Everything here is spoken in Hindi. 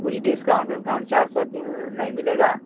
कुछ डिस्काउंट ओस्काउन्ट चार सौ तीन नहीं मिलेगा